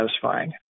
satisfying